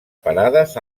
parades